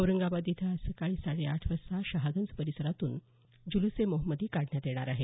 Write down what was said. औरंगाबाद इथं आज सकाळी साडेआठ वाजता शहागंज परिसरातून जुलूस ए मोहम्मदी काढण्यात येणार आहे